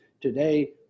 Today